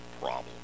problem